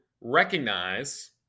recognize